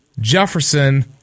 Jefferson